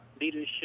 leadership